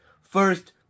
first